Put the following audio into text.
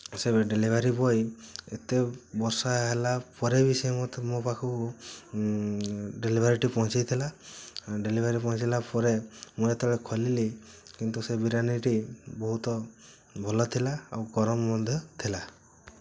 ସେ ବି delivery boy ଏତେ ବର୍ଷା ହେଲା ପରେ ବି ସେ ମଧ୍ୟ ମୋ ପାଖକୁ ଡେଲିଭରିଟି ପହଞ୍ଚାଇ ଥିଲା ଡେଲିଭରି ପହଞ୍ଚିଲା ପରେ ମୁଁ ଯେତେବେଳେ ଖୋଲିଲି କିନ୍ତୁ ସେ ବିରିୟାନୀଟି ବହୁତ ଭଲ ଥିଲା ଆଉ ଗରମ ମଧ୍ୟ ଥିଲା